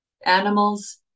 Animals